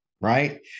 right